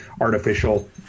artificial